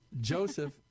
Joseph